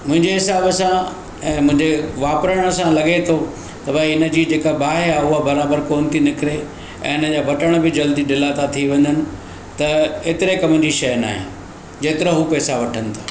मुंहिंजे हिसाबु सां ऐं मुंहिंजे वापिरणु सां लॻे थो त भाई इनजी जेका बाहि आहे हू बराबरु कान थी निकिरे ऐं इनजा बटण बि जल्दी ढिला था थी वञनि त एतिरे कम जी शइ नाहे जेतिरो हू पैसा वठनि था